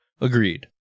Agreed